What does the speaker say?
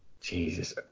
Jesus